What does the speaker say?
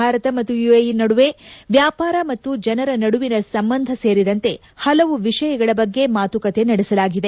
ಭಾರತ ಮತ್ತು ಯುಎಇ ನಡುವ ವ್ಯಾಪಾರ ಮತ್ತು ಜನರ ನಡುವಿನ ಸಂಬಂಧ ಸೇರಿದಂತೆ ಪಲವು ವಿಷಯಗಳ ಬಗ್ಗೆ ಮಾತುಕತೆ ನಡೆಸಲಾಗಿದೆ